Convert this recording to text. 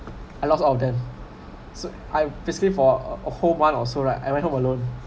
I lost all of them so I basically for a whole month or so right I went home alone